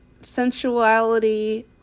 sensuality